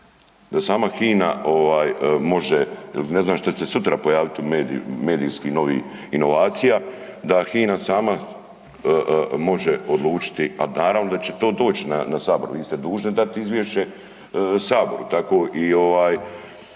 da sama HINA može jer ne znam šta će se pojaviti u medijskim inovacija da HINA sama može odlučiti a naravno da će to doć na Sabor, vi ste dužni dat izvješće Saboru, tako da